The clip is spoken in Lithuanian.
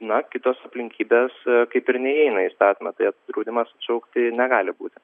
na kitos aplinkybės kaip ir neįeina į įstatymą tai draudimas atšaukti negali būti